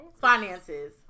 Finances